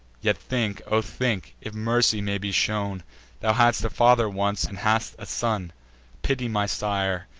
yet think, o think, if mercy may be shown thou hadst a father once, and hast a son pity my sire,